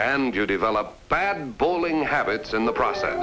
and you develop bad bowling habits in the process